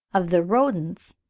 of the rodents,